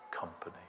company